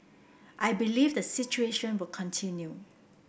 I believe the situation will continue